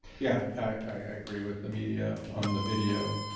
yeah, i agree with the media on the video,